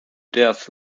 death